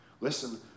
listen